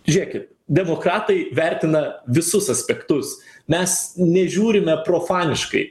žiūrėkit demokratai vertina visus aspektus mes nežiūrime profaniškai